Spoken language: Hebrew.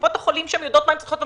קופות החולים שם יודעות מה הן צריכות.